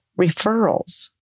referrals